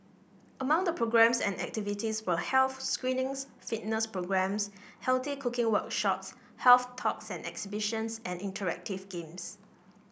among the programmes and activities were health screenings fitness programmes healthy cooking workshops health talks and exhibitions and interactive games